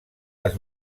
les